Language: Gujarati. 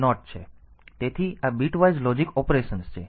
તેથી આ બીટવાઇઝ લોજિક ઓપરેશન્સ છે